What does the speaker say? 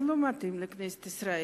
זה לא מתאים לכנסת ישראל.